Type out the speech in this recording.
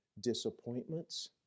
disappointments